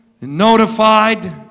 notified